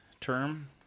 term